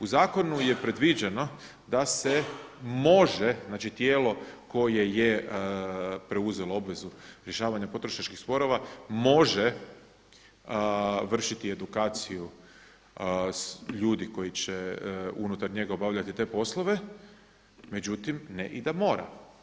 U zakonu je predviđeno da se može, znači tijelo koje je preuzelo obvezu rješavanja potrošačkih sporova, može vršiti edukaciju ljudi koji će unutar njega obavljati te poslove, međutim, ne i da mora.